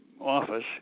office